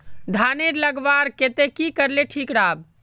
धानेर लगवार केते की करले ठीक राब?